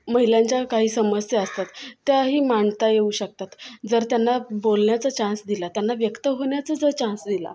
महिलांच्या काही समस्या असतात त्याही मांडता येऊ शकतात जर त्यांना बोलण्याचा चान्स दिला त्यांना व्यक्त होण्याचा जर चान्स दिला